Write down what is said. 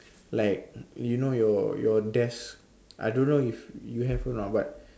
like you know your your desk I don't know if you have or not but